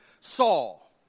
Saul